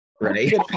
right